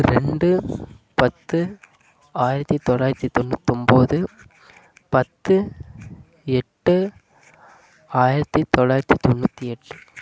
ரெண்டு பத்து ஆயிரத்தி தொள்ளாயிரத்தி தொண்ணூத்தொம்பது பத்து எட்டு ஆயிரத்தி தொள்ளாயிரத்தி தொண்ணூற்றி எட்டு